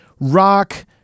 rock